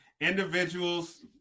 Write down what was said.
individuals